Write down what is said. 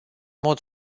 mod